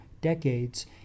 decades